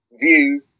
view